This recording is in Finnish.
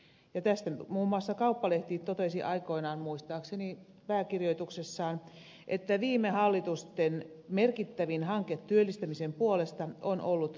tästä muun muassa kauppalehti totesi aikoinaan muistaakseni pääkirjoituksessaan että viime hallitusten merkittävin hanke työllistämisen puolesta on ollut kotitalousvähennys